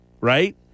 right